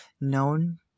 known